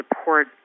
support